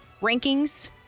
rankings